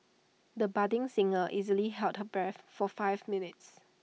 the budding singer easily held her breath for five minutes